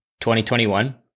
2021